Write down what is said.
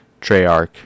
Treyarch